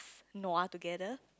nua together